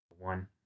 One